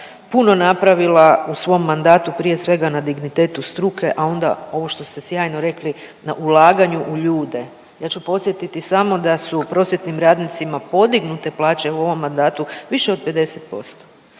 puno napravila u svom mandatu prije svega na dignitetu struke, a onda ovo što ste sjajno rekli na ulaganju u ljude. Ja ću podsjetiti samo da su prosvjetnim radnicima podignute plaće u ovom mandatu više od 50%,